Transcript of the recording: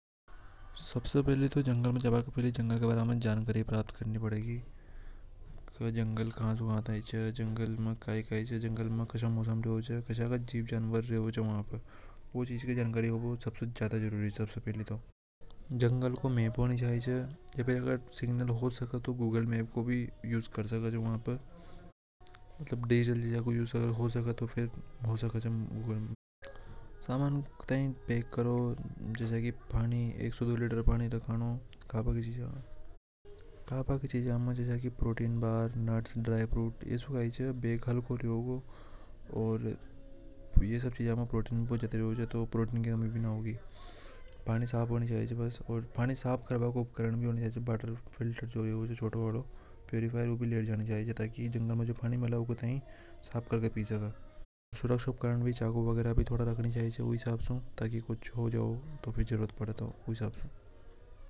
सबसे पहली तो जंगल में जा बा कंजे जानकारी प्राप्त। करेंगे के जंगल खा से का तक च जंगल में कई कई च। जंगल क्या मौसम रेवे च जानवर रेवे च भ पे वो सबसे ज्यादा जरूरी च जंगल को माप होनी चाहिए या जो सके तो वो भी यूएस कर सके च समान थाई पैक करो जस्ता की पानी कानों खाना की चीजोके बाद नट्स। ड्राय फूड ये अब चीजा में प्रोटीन भूत ज्यादा होवे छ। ।पानी साफ होनी चाहिए च यूको उपकरण भी आवे। छोटों वालों जीजा थाई पानी मेल लिए साफ करके पी सके क्यो उपकरण भी चाव उ हिसाब सु चाव।